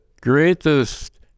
greatest